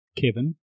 Kevin